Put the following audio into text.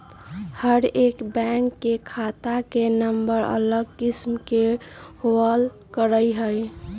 हर एक बैंक के खाता के नम्बर अलग किस्म के होबल करा हई